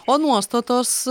o nuostatos